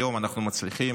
היום אנחנו מצליחים